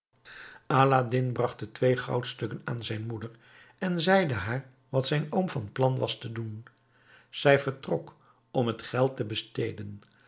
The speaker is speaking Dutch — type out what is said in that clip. aladdin bracht de twee goudstukken aan zijn moeder en zeide haar wat zijn oom van plan was te doen zij vertrok om het geld te besteden